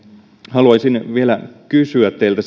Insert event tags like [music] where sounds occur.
haluaisin kysyä teiltä [unintelligible]